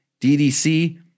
DDC